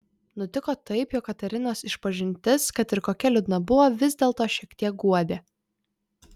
nutiko taip jog katerinos išpažintis kad ir kokia liūdna buvo vis dėlto šiek tiek guodė